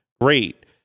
great